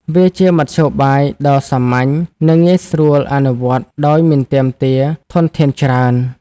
វាជាមធ្យោបាយដ៏សាមញ្ញ និងងាយស្រួលអនុវត្តដោយមិនទាមទារធនធានច្រើន។